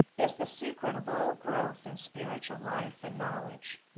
is the secret of all growth in spiritual life and knowledge.